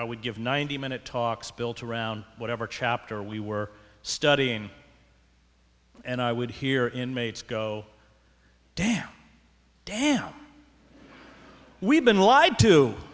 i would give ninety minute talks built around whatever chapter we were studying and i would hear inmates go damn damn we've been lied to